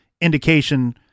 indication